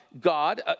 God